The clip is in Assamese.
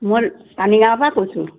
মই পানীগাঁৱৰ পৰা কৈছোঁ